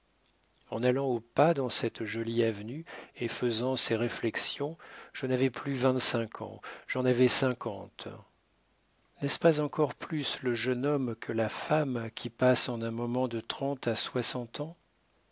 en allant au pas dans cette jolie avenue et faisant ces réflexions je n'avais plus vingt-cinq ans j'en avais cinquante n'est-ce pas encore plus le jeune homme que la femme qui passe en un moment de trente à soixante ans